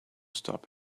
stop